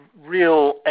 real